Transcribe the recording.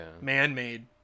Man-made